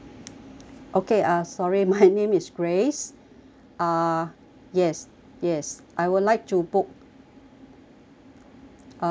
okay ah sorry my name is grace uh yes yes I would like to book uh